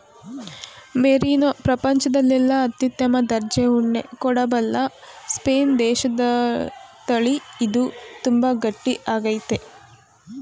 merino ಪ್ರಪಂಚದಲ್ಲೆಲ್ಲ ಅತ್ಯುತ್ತಮ ದರ್ಜೆ ಉಣ್ಣೆ ಕೊಡಬಲ್ಲ ಸ್ಪೇನ್ ದೇಶದತಳಿ ಇದು ತುಂಬಾ ಗಟ್ಟಿ ಆಗೈತೆ